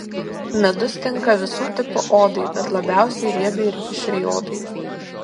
medus tinka visų tipų odai bet labiausiai riebiai ir mišriai odai